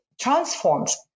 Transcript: transforms